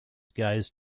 gaze